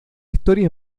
historia